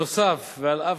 נוסף על כך,